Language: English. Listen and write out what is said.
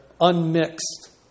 unmixed